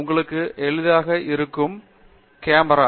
உங்களுக்கு எளிதாக இருக்கும் கேமரா